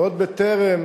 ועוד בטרם